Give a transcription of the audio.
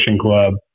Club